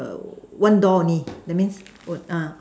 err one door only that means oh ah